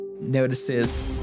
notices